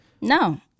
No